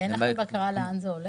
אין לכם בקרה לאן זה הולך?